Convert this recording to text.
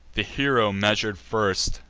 the hero measur'd first,